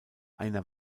einer